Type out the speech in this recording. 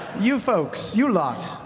you folks, you lot,